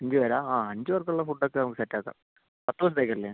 അഞ്ച് പേരാണോ ആ അഞ്ച് പേർക്കുള്ള ഫുഡ് ഒക്കെ നമുക്ക് സെറ്റ് ആക്കാം പത്ത് ദിവസത്തേക്ക് അല്ലേ